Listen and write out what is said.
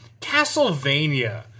Castlevania